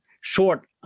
short